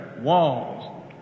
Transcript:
walls